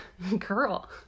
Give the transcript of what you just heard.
Girl